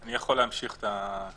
אני יכול להמשיך את הדיבור.